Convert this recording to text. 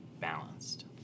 balanced